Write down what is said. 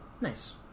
nice